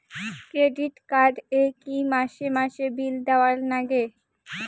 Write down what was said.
Credit card এ কি মাসে মাসে বিল দেওয়ার লাগে?